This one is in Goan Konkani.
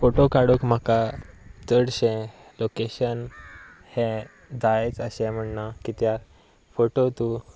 फोटो काडूंक म्हाका चडशें लोकेशन हें जायच अशें म्हण ना कित्याक फोटो तूं